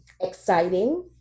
Exciting